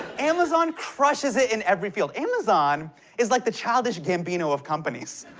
amazon crushes it in every field. amazon is like the childish gambino of companies.